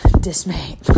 dismay